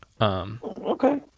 Okay